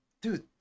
dude